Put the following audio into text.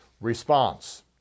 Response